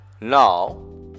Now